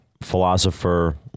philosopher